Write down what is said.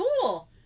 cool